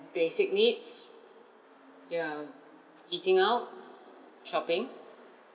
basic needs yeah eating out shopping